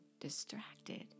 distracted